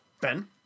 Ben